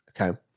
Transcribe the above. Okay